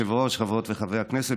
חברות וחברי הכנסת,